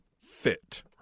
fit